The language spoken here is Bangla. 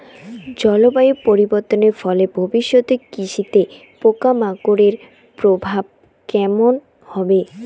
জলবায়ু পরিবর্তনের ফলে ভবিষ্যতে কৃষিতে পোকামাকড়ের প্রভাব কেমন হবে?